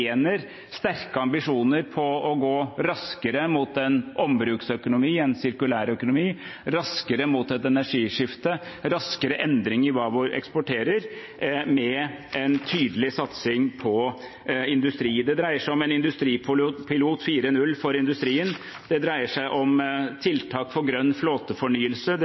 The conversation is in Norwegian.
sterke ambisjoner om å gå raskere mot en ombruksøkonomi, en sirkulær økonomi, raskere mot et energiskifte, raskere endringer i hva vi eksporterer, med en tydelig satsing på industri. Det dreier seg om en industripilot 4.0 for industrien. Det dreier seg om tiltak for grønn flåtefornyelse. Det